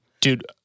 dude